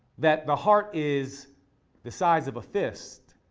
that the heart is the size of a fist,